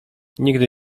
nigdy